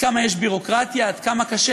כמה יש ביורוקרטיה, עד כמה קשה.